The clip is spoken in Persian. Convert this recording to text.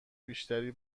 بیشتری